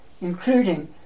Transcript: including